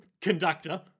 conductor